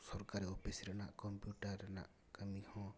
ᱥᱚᱨᱠᱟᱨᱤ ᱳᱯᱷᱤᱥ ᱨᱮᱱᱟᱜ ᱠᱚ ᱠᱳᱢᱯᱤᱭᱩᱴᱟᱨ ᱨᱮᱱᱟᱜ ᱠᱟᱹᱢᱤ ᱦᱚᱸ